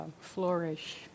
flourish